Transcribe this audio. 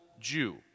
Jew